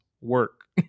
work